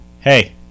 hey